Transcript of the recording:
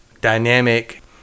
dynamic